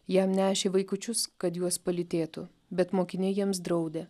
jam nešė vaikučius kad juos palytėtų bet mokiniai jiems draudė